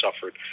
suffered